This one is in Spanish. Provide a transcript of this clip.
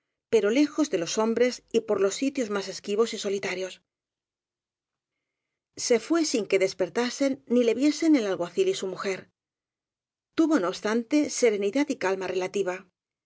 pero le jos de los hombres y por los sitios más esquivos y solitarios se fué sin que despertasen ni le viesen el algua cil y su mujer tuvo no obstante serenidad y calma relativa